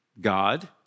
God